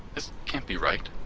this can't be right.